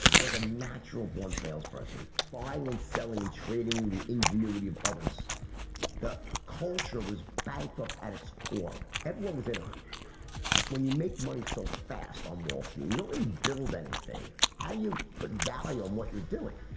i was a natural-born salesperson buying and selling and trading the ingenuity of others the culture was bankrupt at its core everyone was in on it when you make money so fast on wall street, you don't really build anything. how do you put value on what you're doing?